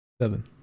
Seven